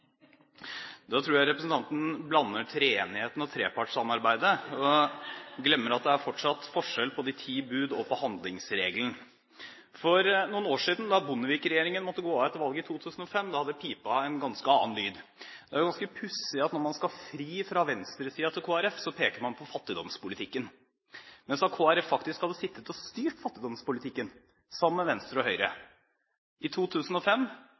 Da tror jeg representanten blander sammen treenigheten og trepartssamarbeidet, og glemmer at det fortsatt er forskjell på de ti bud og handlingsregelen. For noen år siden, da Bondevik-regjeringen måtte gå av etter valget i 2005, hadde pipa en ganske annen lyd. Det er ganske pussig at når man skal fri fra venstresiden til Kristelig Folkeparti, peker man på fattigdomspolitikken. Men så har Kristelig Folkeparti faktisk sittet og styrt fattigdomspolitikken, sammen med Venstre og Høyre. I 2005